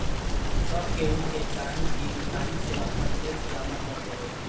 सब केहू के चाही की उ टाइम से आपन टेक्स जमा कर देवे